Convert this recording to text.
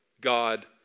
God